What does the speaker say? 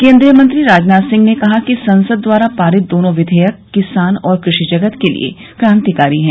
केंद्रीय मंत्री राजनाथ सिंह ने कहा कि संसद द्वारा पारित दोनों विधेयक किसान और कृषि जगत के लिए क्रांतिकारी हैं